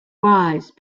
wise